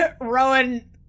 Rowan